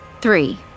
Three